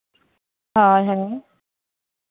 ᱦᱳᱭ ᱦᱳᱭ